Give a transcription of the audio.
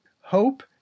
hope